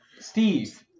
Steve